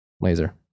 Laser